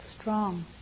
strong